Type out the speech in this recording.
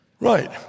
Right